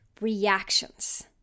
reactions